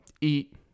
Eat